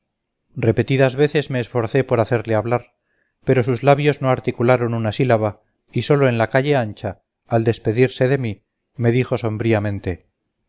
repetidas veces me esforcé por hacerle hablar pero sus labios no articularon una sílaba y sólo en la calle ancha al despedirse de mí me dijo